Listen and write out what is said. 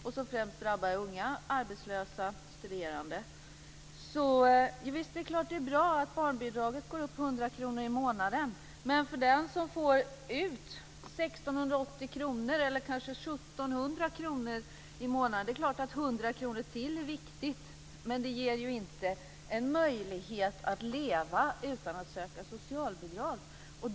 Det drabbar främst unga arbetslösa och studerande. Det är klart att det är bra att barnbidraget går upp med 100 kr i månaden. Det är klart att 100 kr till är viktigt för den som får ut 1 680 kr eller kanske 1 700 kr i månaden, men det ger ju inte en möjlighet att leva utan att söka socialbidrag.